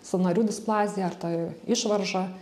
sąnarių displazija ar ta išvarža